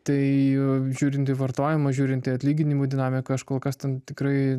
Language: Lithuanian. tai žiūrint į vartojimą žiūrint į atlyginimų dinamiką aš kol kas ten tikrai